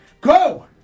Go